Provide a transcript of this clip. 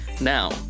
Now